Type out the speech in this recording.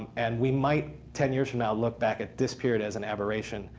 and we might ten years from now look back at this period as an aberration,